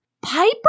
Piper